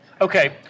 Okay